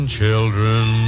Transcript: children